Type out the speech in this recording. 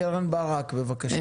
קרן ברק, בבקשה.